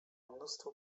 mnóstwo